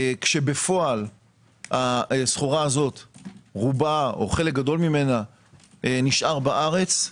בפועל הסחורה הזו חלק גדול ממנה נשאר בארץ.